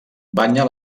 banya